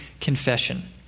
confession